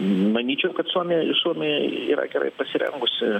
manyčiau kad suomija ir suomija yra gerai pasirengusi